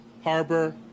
Harbor